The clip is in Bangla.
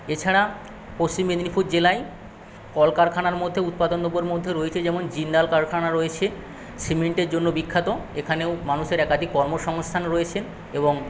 এছাড়া পশ্চিম মেদিনীপুর জেলায় কলকারখানার মধ্যে উৎপাদন দ্রব্যর মধ্যে রয়েছে যেমন জিন্দাল কারখানা রয়েছে সিমেন্টের জন্য বিখ্যাত এখানেও মানুষের একাধিক কর্মসংস্থান রয়েছে এবং